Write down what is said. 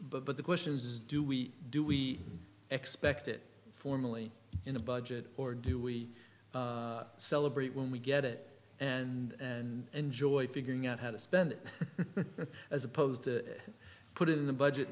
but but the question is do we do we expect it formally in the budget or do we celebrate when we get it and enjoy figuring out how to spend it as opposed to put it in the budget